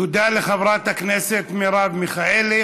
תודה לחברת הכנסת מרב מיכאלי.